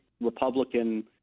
Republican